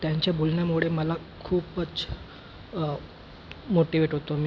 त्यांच्या बोलण्यामुळे मला खूपच मोटिवेट होतो मी